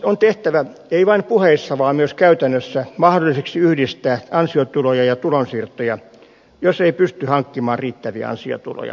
on tehtävä ei vain puheissa vaan myös käytännössä mahdolliseksi yhdistää ansiotuloja ja tulonsiirtoja jos ei pysty hankkimaan riittäviä ansiotuloja